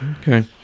Okay